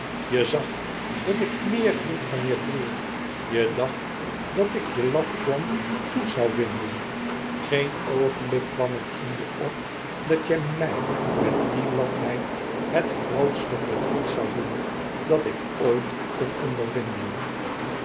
je zag dat ik meer hield van je broêr je dacht dat ik je laf plan goed zoû vinden geen oogenblik kwam het in je op dat je mij met die lafheid het grootste verdriet zoû doen dat ik ooit kon ondervinden